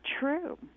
true